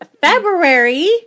February